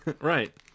right